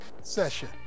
session